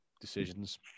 decisions